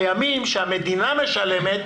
הימים שהמדינה משלמת